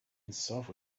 itself